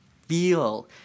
feel